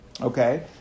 Okay